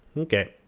okay.